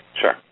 Sure